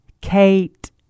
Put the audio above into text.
Kate